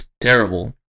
Terrible